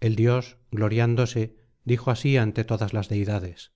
el dios gloriándose dijo así ante todas las deidades